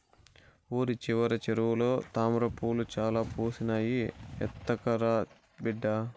ఊరి చివర చెరువులో తామ్రపూలు చాలా పూసినాయి, ఎత్తకరా బిడ్డా